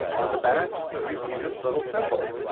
on the back, you see this little symbol,